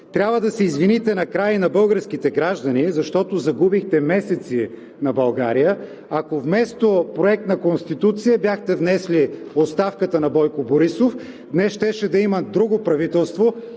Трябва да се извините накрая и на българските граждани, защото загубихте месеци на България. Ако вместо Проект на Конституция бяхте внесли оставката на Бойко Борисов, днес щеше да има друго правителство,